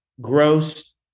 Gross